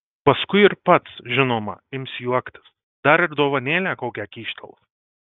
paskui ir pats žinoma ims juoktis dar ir dovanėlę kokią kyštels